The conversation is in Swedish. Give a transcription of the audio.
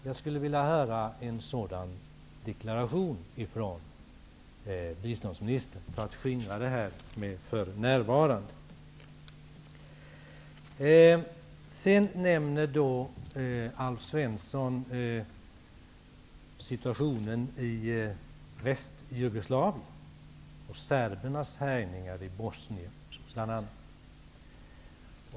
För att skingra oron kring detta ''för närvarande'' skulle jag vilja höra en sådan deklaration från biståndsministern. Alf Svensson nämner situationen i Restjugoslavien och serbiernas härjningar i Bosnien.